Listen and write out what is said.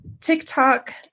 TikTok